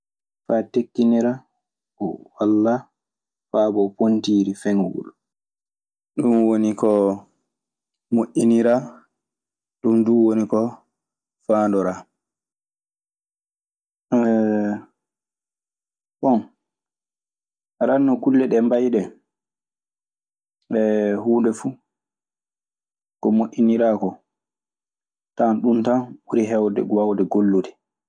Faa tekkinira o walla faabo pontiiri seŋagol. Ɗun woni ko moƴƴiniraa. Ɗun duu woni ko faandoraa. Bon, aɗe anndi no kulle ɗee mbayi de, huunde fu ko moƴƴiniraa koo, a tawan ɗun tan ɓuri heewde waawde gollude.